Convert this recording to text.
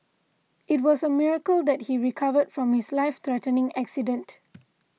it was a miracle that he recovered from his life threatening accident